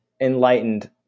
enlightened